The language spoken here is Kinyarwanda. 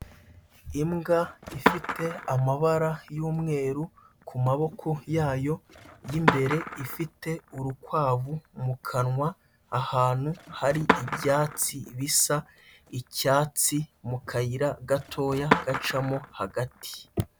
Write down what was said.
Imbwa ifite amabara y'umweru ku maboko yayo y'imbere, ifite urukwavu mu kanwa ahantu hari ibyatsi bisa icyatsi mu kayira gatoya gacamo hagati.